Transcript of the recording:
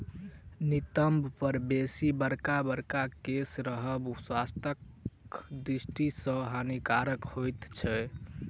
नितंब पर बेसी बड़का बड़का केश रहब स्वास्थ्यक दृष्टि सॅ हानिकारक होइत छै